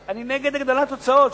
אני נגד הגדלת הוצאות,